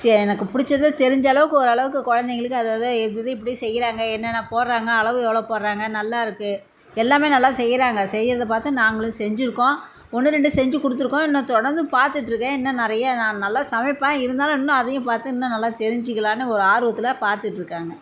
செ எனக்கு பிடிச்சத தெரிஞ்சளவுக்கு ஓரளவுக்கு குழந்தைங்களுக்கு அதை அதை இதை இதை இப்படி செய்றாங்க என்னென்ன போடுறாங்க அளவு எவ்வளோ போடுறாங்க நல்லாயிருக்கு எல்லாமே நல்லா செய்கிறாங்க செய்யறத பார்த்து நாங்களும் செஞ்சுருக்கோம் ஒன்று ரெண்டு செஞ்சு கொடுத்துருக்கோம் இன்னும் தொடர்ந்து பார்த்துட்ருக்கேன் இன்னும் நிறையா நான் நல்லா சமைப்பேன் இருந்தாலும் இன்னும் அதையும் பார்த்து இன்னும் நல்லா தெரிஞ்சுக்கலான்னு ஒரு ஆர்வத்தில் பார்த்துட்ருக்கேங்க